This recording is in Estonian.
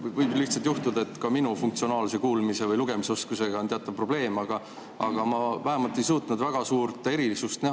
Võib ju juhtuda, et ka minu funktsionaalse kuulmis‑ või lugemisoskusega on teatav probleem. Aga ma vähemalt ei suutnud näha väga suurt erinevust